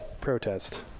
protest